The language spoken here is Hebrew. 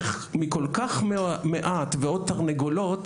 איך מכל כך מעט ועוד תרנגולות,